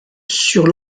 sur